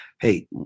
hey